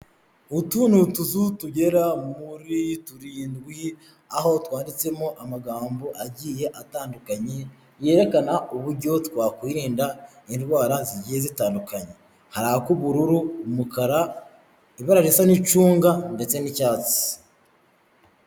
Utu ni utuzu tugera muri turindwi aho twanditsemo amagambo agiye atandukanye yerekana uburyo twakwirinda indwara zigiye zitandukanye hari ak'ubururu ,umukara , ibara risa n'icunga ndetse n'icyatsi.